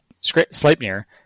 Sleipnir